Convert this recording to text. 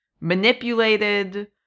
manipulated